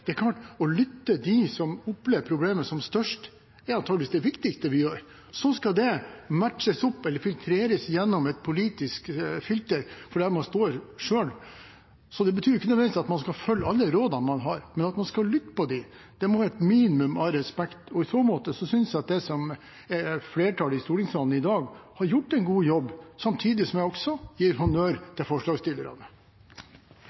Å lytte til dem som opplever problemet som størst, er antakeligvis det viktigste vi gjør. Så skal det matches opp mot eller filtreres gjennom et politisk filter og det man står for selv. Det betyr ikke nødvendigvis at man skal følge alle rådene man får, men at man skal lytte til dem. Det må være et minimum av respekt. I så måte synes jeg at flertallet i stortingssalen i dag har gjort en god jobb, samtidig som jeg også gir honnør